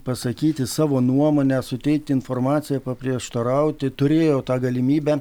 pasakyti savo nuomonę suteikti informaciją paprieštarauti turėjo tą galimybę